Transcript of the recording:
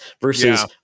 versus